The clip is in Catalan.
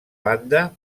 banda